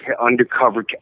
undercover